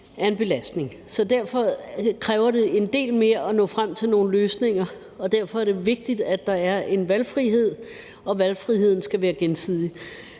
er en belastning. Så derfor kræver det en del mere at nå frem til nogle løsninger, og derfor er det vigtigt, at der er en valgfrihed, og valgfriheden skal være gensidig.